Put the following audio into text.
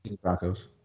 Broncos